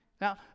Now